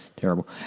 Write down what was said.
terrible